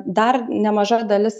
dar nemaža dalis